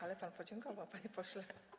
Ale pan podziękował, panie pośle.